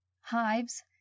hives